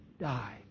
die